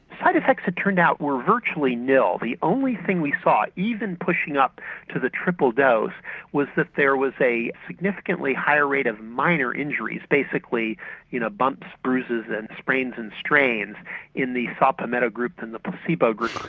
side effects it turned out were virtually nil. the only thing we saw even pushing up to the triple dose was that there was a significantly higher rate of minor injuries, basically you know bumps, bruises and sprains and strains in the saw palmetto group than the placebo group.